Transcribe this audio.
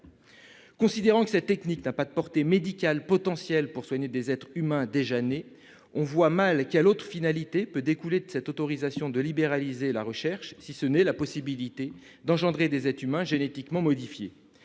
Considérant que cette technique n'a pas de portée médicale potentielle pour soigner des êtres humains déjà nés, on voit mal quelle finalité pourrait découler de cette autorisation de libéraliser la recherche, si ce n'est la possibilité d'engendrer des êtres humains génétiquement modifiés